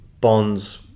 Bond's